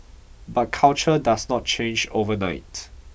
but culture does not change overnight